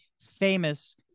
famous